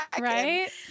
Right